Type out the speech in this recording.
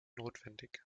notwendig